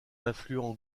affluent